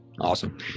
Awesome